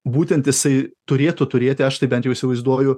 būtent jisai turėtų turėti aš taip bent jau įsivaizduoju